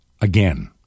again